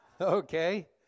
Okay